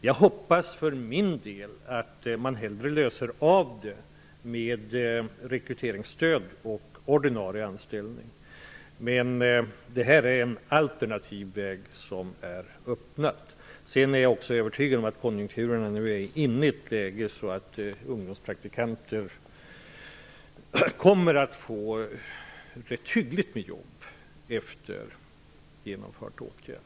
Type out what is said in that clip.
Jag ser för min del hellre att man byter ut detta mot rekryteringsstöd och ordinarie anställning, men det har här öppnats en alternativ väg. Jag är också övertygad om att konjunkturerna nu är sådana att ungdomspraktikanter kommer att få rätt hyggligt med jobb efter genomförd åtgärd.